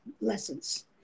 lessons